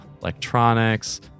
electronics